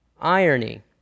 irony